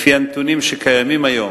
לפי הנתונים שקיימים היום,